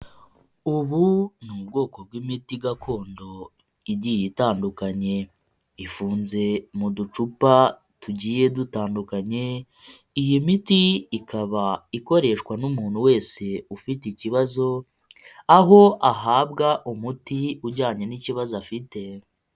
Ubu ni ubwoko bw'imiti gakondo, igiye itandukanye. Ifunze mu ducupa tugiye dutandukanye, iyi miti ikaba ikoreshwa n'umuntu wese ufite ikibazo, aho ahabwa umuti ujyanye n'ikibazo afite.